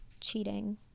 cheating